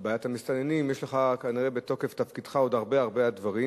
המסתננים יש לך כנראה בתוקף תפקידך עוד הרבה-הרבה דברים.